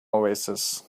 oasis